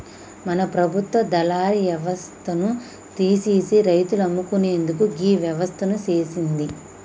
మన ప్రభుత్వ దళారి యవస్థను తీసిసి రైతులు అమ్ముకునేందుకు గీ వ్యవస్థను సేసింది